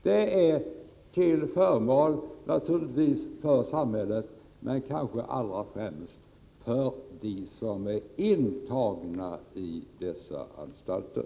Det är till förmån naturligtvis för samhället men kanske allra främst för dem som är intagna i dessa anstalter.